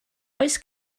oes